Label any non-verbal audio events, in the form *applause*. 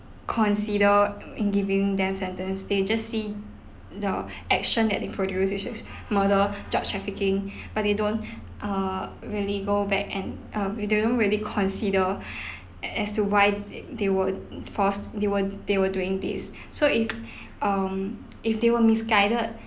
consider in giving them sentence they just see the *breath* action that they produce which is murder *breath* drug trafficking *breath* but they don't *breath* uh really go back and uh we don't really consider *breath* a~ as to why they they were forced they were they were doing this *breath* so if um if they were misguided